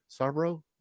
Sarbro